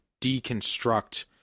deconstruct